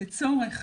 לצורך